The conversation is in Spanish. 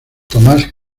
tomás